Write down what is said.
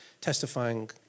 testifying